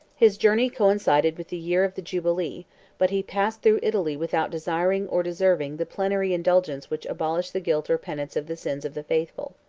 his journey coincided with the year of the jubilee but he passed through italy without desiring, or deserving, the plenary indulgence which abolished the guilt or penance of the sins of the faithful.